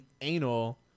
anal